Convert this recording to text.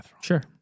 Sure